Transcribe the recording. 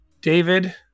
David